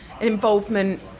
involvement